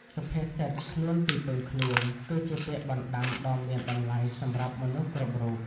សុភាសិត «ខ្លួនទីពឹងខ្លួន» គឺជាពាក្យបណ្ដាំដ៏មានតម្លៃសម្រាប់មនុស្សគ្រប់រូប។